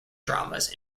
dramas